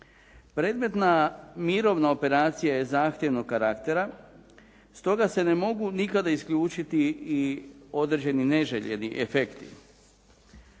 Predmetna mirovna operacija je zahtjevnog karaktera, stoga se ne mogu nikada isključiti i određeni neželjeni efekti.